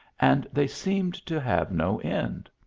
and they seemed to have no end.